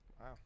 Wow